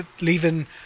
leaving